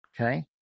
Okay